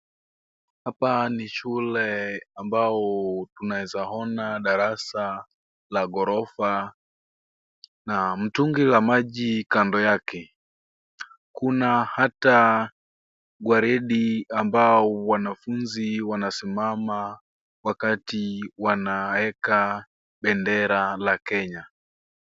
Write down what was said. Hapa ni shule ambayo tunezaona darasa la ghorofa na mtungi wa maji kando yake. Kuna hata gwaride ambapo wanafunzi wanasimama wakati wanaeka bendera ya Kenya.